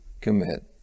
commit